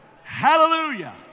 Hallelujah